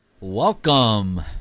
Welcome